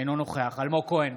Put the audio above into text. אינו נוכח אלמוג כהן,